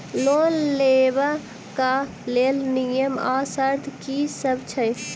Loan लेबऽ कऽ लेल नियम आ शर्त की सब छई?